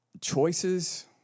choices